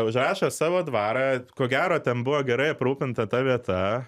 užrašė savo dvarą ko gero ten buvo gerai aprūpinta ta vieta